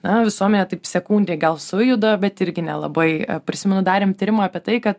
na visuomenė taip sekundei gal sujuda bet irgi nelabai prisimenu darėm tyrimą apie tai kad